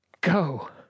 go